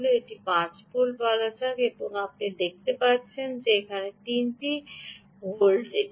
আসুন আমাদের এটি 5 ভোল্ট বলা যাক এবং আপনি এখানে যা পাচ্ছেন এটি 3 টি ভোল্ট